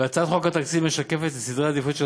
והצעת חוק התקציב משקפת את סדרי העדיפויות של